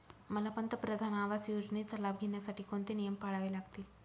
मला पंतप्रधान आवास योजनेचा लाभ घेण्यासाठी कोणते नियम पाळावे लागतील?